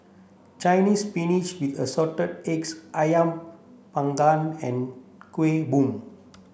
Chinese spinach with assorted eggs Ayam panggang and Kueh Bom